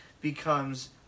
becomes